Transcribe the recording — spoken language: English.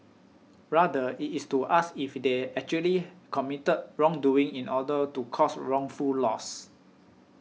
rather it is to ask if they actually committed wrong doing in order to cause wrongful loss